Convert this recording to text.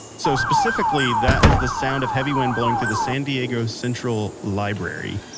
so, specifically, that is the sound of heavy wind blowing through the san diego central library